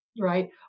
right